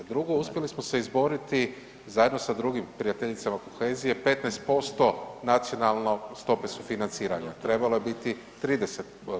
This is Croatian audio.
Drugo, uspjeli smo izboriti zajedno sa drugim prijateljicama kohezije, 15% nacionalne stope sufinanciranje, trebalo je biti 30%